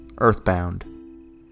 earthbound